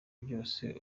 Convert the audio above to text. byose